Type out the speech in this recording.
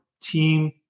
team